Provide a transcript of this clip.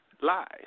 lies